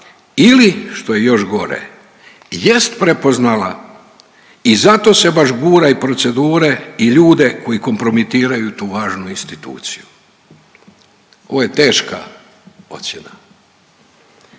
ili što je još gore jest prepoznala i zato se baš gura i procedure i ljude koji kompromitiraju tu važnu instituciju. Ovo je teška ocjena.